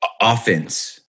offense